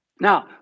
Now